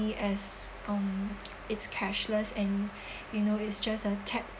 as um it's cashless and you know it's just a tap